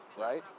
right